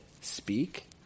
speak